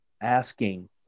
asking